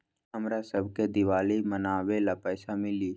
हमरा शव के दिवाली मनावेला पैसा मिली?